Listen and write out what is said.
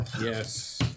Yes